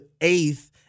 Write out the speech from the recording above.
eighth